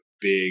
big